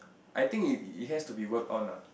I think it has to be worked on